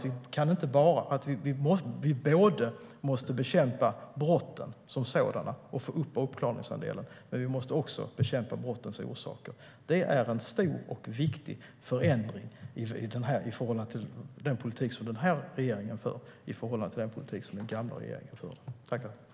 Vi måste bekämpa brotten som sådana och få upp uppklaringsandelen. Men vi måste också bekämpa brottens orsaker.